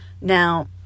Now